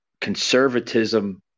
conservatism